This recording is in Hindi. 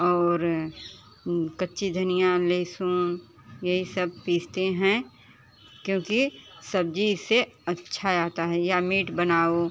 और कच्ची धनिया लहसुन यही सब पीसते हैं क्योंकि सब्जी इससे अच्छा आता है या मीट बनाओ